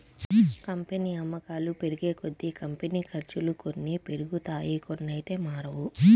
company అమ్మకాలు పెరిగేకొద్దీ, company ఖర్చులు కొన్ని పెరుగుతాయి కొన్నైతే మారవు